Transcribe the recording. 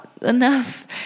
enough